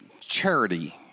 charity